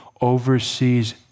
oversees